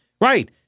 right